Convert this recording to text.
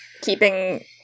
keeping